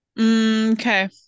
okay